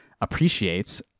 appreciates